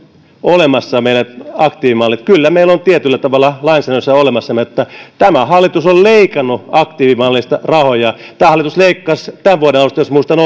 olemassa meillä aktiivimallit kyllä meillä on tietyllä tavalla lainsäädännössä olemassa mutta tämä hallitus on leikannut aktiivimallista rahoja tämä hallitus leikkasi tämän vuoden alusta jos muistan